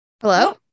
Hello